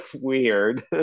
weird